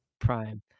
prime